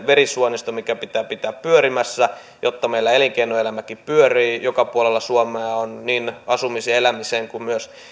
verisuonisto mikä pitää pitää pyörimässä jotta meillä elinkeinoelämäkin pyörii ja joka puolella suomea on niin asumisen elämisen kuin myös